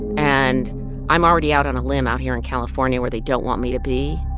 and i'm already out on a limb out here in california, where they don't want me to be,